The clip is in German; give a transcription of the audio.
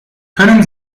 können